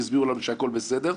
הסבירו לנו שהכול בסדר.